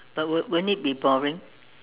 but wou~ wouldn't it be boring